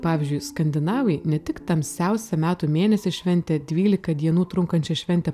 pavyzdžiui skandinavai ne tik tamsiausią metų mėnesį šventė dvylika dienų trunkančią šventę